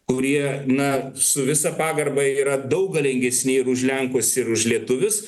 kurie na su visa pagarba yra daug galingesni už lenkus ir už lietuvius